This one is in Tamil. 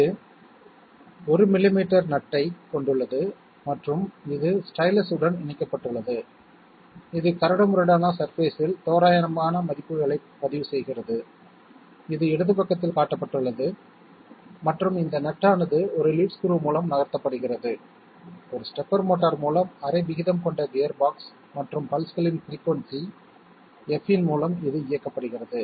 இது 1 மில்லிமீட்டர் நட் ஐக் கொண்டுள்ளது மற்றும் இது ஸ்டைலஸ் உடன் இணைக்கப்பட்டுள்ளது இது கரடுமுரடான சர்பேஸ் இல் தோராயமான மதிப்புகளைப் பதிவுசெய்கிறது இது இடது பக்கத்தில் காட்டப்பட்டுள்ளது மற்றும் இந்த நட் ஆனது ஒரு லீட் ஸ்க்ரூ மூலம் நகர்த்தப்படுகிறது ஒரு ஸ்டெப்பர் மோட்டார் மூலம் அரை விகிதம் கொண்ட கியர் பாக்ஸ் மற்றும் பல்ஸ்களின் பிரிக்குயின்சி f இன் மூலம் இது இயக்கப்படுகிறது